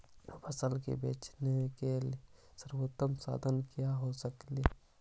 फसल के बेचने के सरबोतम साधन क्या हो सकेली?